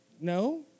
No